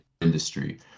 industry